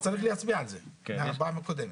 אז צריך להצביע על זה, על הפעם הקודמת.